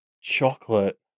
chocolate